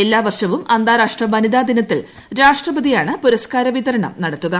എല്ലാ വർഷവും അന്താരാഷ്ട്ര വനിതാ ദിനത്തിൽ രാഷ്ട്രപതിയാണ് പുര്സകാര വിതരണം നടത്തുക